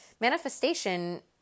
Manifestation